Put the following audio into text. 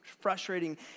frustrating